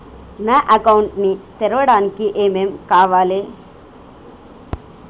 నా అకౌంట్ ని తెరవడానికి ఏం ఏం కావాలే?